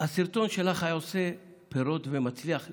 הסרטון שלך היה עושה פירות ומצליח,